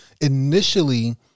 initially